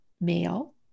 male